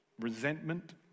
resentment